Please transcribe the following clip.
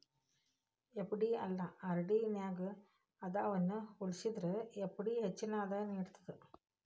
FD ಇಲ್ಲಾ RD ನ್ಯಾಗ ಆದಾಯವನ್ನ ಹೋಲಿಸೇದ್ರ ಎಫ್.ಡಿ ಹೆಚ್ಚಿನ ಆದಾಯ ನೇಡ್ತದ